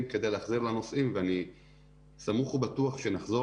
כדי להחזיר לנוסעים ואני סמוך ובטוח שכשנחזור,